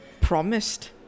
promised